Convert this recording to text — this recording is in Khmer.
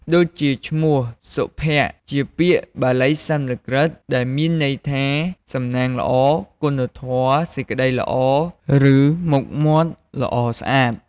ដូចជាឈ្មោះ សុភ័ក្រ្ត ជាពាក្យភាសាបាលីសំស្ក្រឹតមានន័យថា សំណាងល្អ គុណធម៌ សេចក្ដីល្អ ឬមុខមាត់ល្អស្អាត។